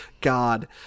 God